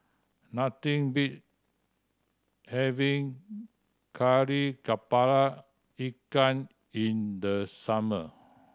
nothing beats having Kari Kepala Ikan in the summer